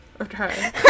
okay